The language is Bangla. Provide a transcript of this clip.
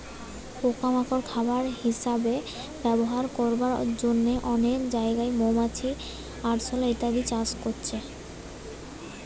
পোকা মাকড় খাবার হিসাবে ব্যবহার করবার জন্যে অনেক জাগায় মৌমাছি, আরশোলা ইত্যাদি চাষ করছে